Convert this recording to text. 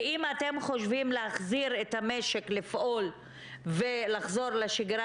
ואם אתם חושבים להחזיר את המשק לפעול ולחזור לשגרה